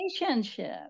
relationship